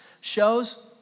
shows